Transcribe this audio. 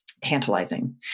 tantalizing